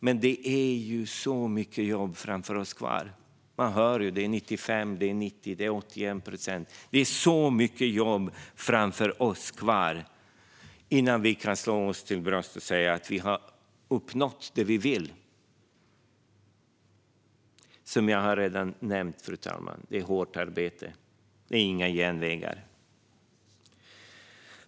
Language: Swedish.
Men vi har mycket jobb kvar framför oss. Man hör siffror på 95, 90 och 81 procent. Det är mycket jobb kvar innan vi kan slå oss för bröstet och säga att vi har uppnått det vi vill. Det handlar, som jag redan nämnt, fru talman, om hårt arbete. Det finns inga genvägar.